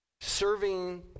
Serving